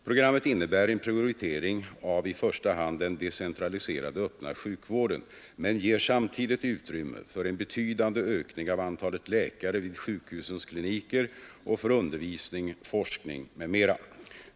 Programmet innebär en prioritering av i första hand den decentraliserade öppna sjukvården men ger samtidigt utrymme för en betydande ökning av antalet läkare vid sjukhusens kliniker och för undervisning, forskning m.m.